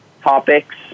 topics